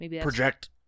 project